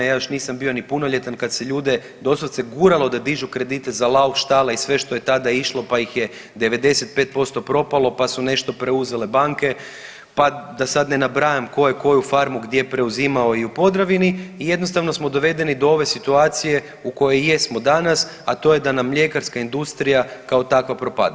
Ja još nisam bio ni punoljetan kad se ljude doslovce guralo da dižu kredite za lauf štale i sve što je tada išlo, pa ih je 95% propalo pa su nešto preuzele banke, pa da sad ne nabrajam tko je koju farmu gdje preuzimao i u Podravini i jednostavno smo dovedeni do ove situacije u kojoj jesmo danas, a to je da nam mljekarska industrija kao takva propada.